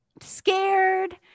Scared